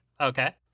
Okay